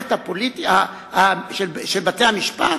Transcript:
המערכת של בתי-המשפט?